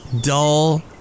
dull